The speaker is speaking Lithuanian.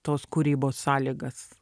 tos kūrybos sąlygas